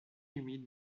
humide